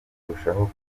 kurushaho